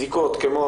בדיקות כמו